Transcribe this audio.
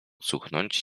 cuchnąć